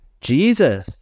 Jesus